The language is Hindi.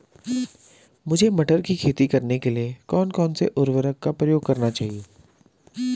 मुझे मटर की खेती करने के लिए कौन कौन से उर्वरक का प्रयोग करने चाहिए?